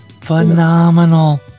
Phenomenal